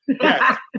Yes